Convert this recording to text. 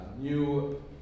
new